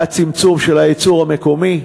היה צמצום של הייצור המקומי,